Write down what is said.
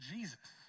Jesus